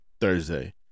Thursday